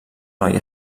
noi